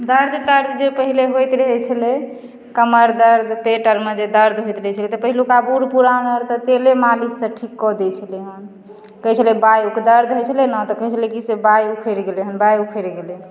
दर्द तर्द जे पहिले होइत रहै छलै कमर दर्द पेटमे जे दर्द होइत रहै छलै तऽ पहिलुका बूढ़ पुरान तऽ तेले मालिशसँ ठीक कय दै छलै हैं कहै छलै बाइके दर्द होइत छलै नहि तऽ कहैत छलै से बाइ उखड़ि गेलै बाइ उखड़ि गेलै